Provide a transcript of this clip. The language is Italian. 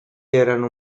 erano